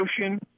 ocean